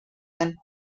den